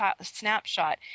snapshot